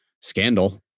scandal